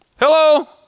Hello